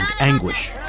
anguish